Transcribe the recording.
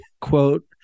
quote